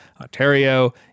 Ontario